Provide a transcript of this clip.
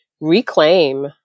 reclaim